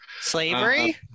Slavery